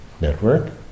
network